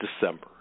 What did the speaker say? December